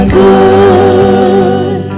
good